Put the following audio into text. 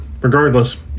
regardless